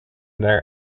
their